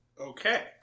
Okay